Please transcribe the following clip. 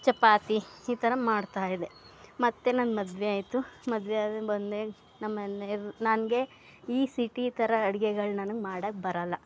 ಚಪಾತಿ ಈ ಥರ ಮಾಡ್ತಾಯಿದ್ದೆ ಮತ್ತೆ ನನ್ನ ಮದುವೆ ಆಯಿತು ಮದುವೆ ಆಗಿ ಬಂದೆ ನಮ್ಮನೆ ನನಗೆ ಈ ಸಿಟಿ ಥರ ಅಡುಗೆಗಳು ನನಗೆ ಮಾಡೋಕೆ ಬರಲ್ಲ